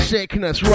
Sickness